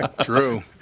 True